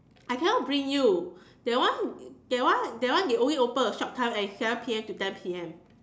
I cannot bring you that one that one that one is only open a short time and it's seven P_M to ten P_M